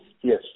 Yes